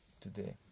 today